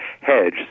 hedge